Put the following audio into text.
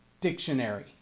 Dictionary